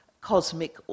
cosmic